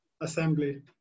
assembly